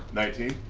nineteen.